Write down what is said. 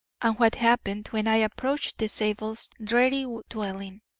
and what happened when i approached the zabels' dreary dwelling.